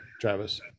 Travis